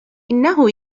إنه